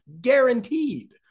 guaranteed